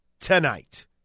tonight